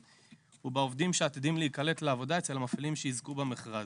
ובעובדים שעתידים להיקלט לעבודה אצל המפעילים שיזכו במכרז.